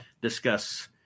discuss